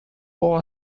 può